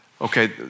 Okay